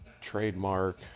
trademark